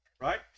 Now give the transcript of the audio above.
Right